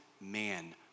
man